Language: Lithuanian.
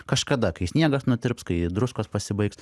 kažkada kai sniegas nutirps kai druskos pasibaigs